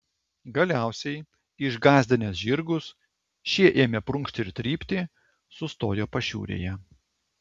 galiausiai išgąsdinęs žirgus šie ėmė prunkšti ir trypti sustojo pašiūrėje